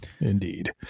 Indeed